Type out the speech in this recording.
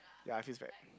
ya he's right